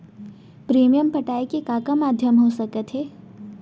Premium पटाय के का का माधयम हो सकत हे?